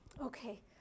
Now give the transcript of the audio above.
Okay